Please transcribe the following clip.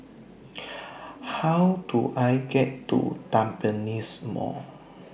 How Do I get to Tampines Mall